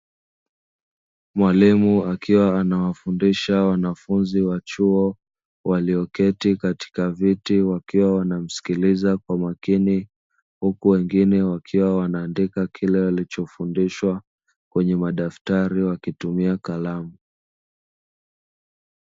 Mwalimu akiwa anawafundisha wanafunzi wa chuo wakiwa wameketi katika viti, wakiwa wanamsikiliza kwa makini huku wengine wakiandika kile kinachofundishwa kwenye madaftari kwa kutumia karamu.